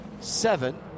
seven